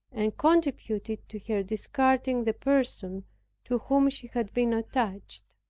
and contributed to her discarding the person to whom she had been attached,